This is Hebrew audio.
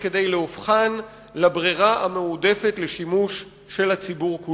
כדי להופכן לברירה מועדפת לשימוש של הציבור.